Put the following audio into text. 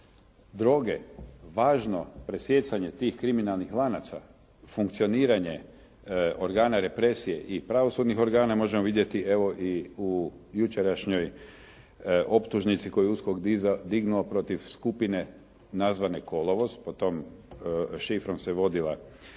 droge važno presijecanje tih kriminalnih lanaca funkcioniranje organa represije i pravosudnih organa možemo vidjeti evo u jučerašnjoj optužnici koju je USKOK dignuo protiv skupine nazvane "kolovoz", pod tom šifrom se vodila cijela